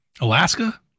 Alaska